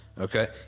Okay